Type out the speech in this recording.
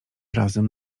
razem